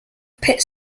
pit